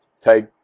take